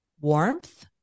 warmth